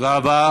תודה רבה.